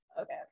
Okay